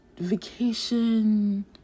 Vacation